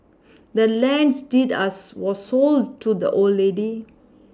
the land's deed us was sold to the old lady